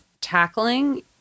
tackling